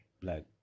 black